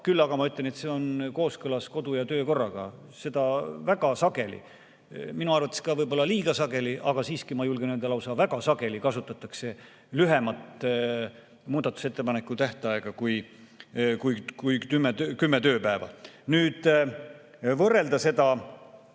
küll aga ma ütlen, et see on kooskõlas kodu‑ ja töökorraga. Väga sageli, minu arvates võib-olla liiga sageli, aga siiski ma julgen öelda, lausa väga sageli kasutatakse lühemat muudatusettepanekute tähtaega kui kümme tööpäeva. Nüüd, võrrelda seda